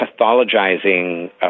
pathologizing